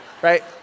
Right